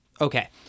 Okay